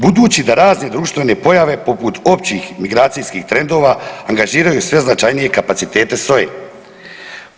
Budući da razne društvene pojave poput općih migracijskih trendova angažiraju sve značajnije kapacitete SOA-e.